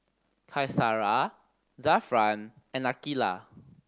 Qaisara Zafran and Aqilah